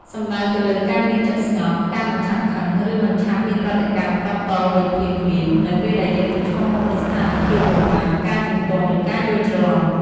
សំដៅទៅលើការមានចិត្តស្ងប់ ការមិនឆាប់ខឹង ឬមិនឆាប់មានប្រតិកម្មតបតវិញភ្លាមៗ នៅពេលដែលយើងប្រឈមមុខនឹងស្ថានភាពលំបាក ការជំទាស់ ឬការយល់ច្រឡំ។